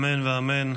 אמן ואמן.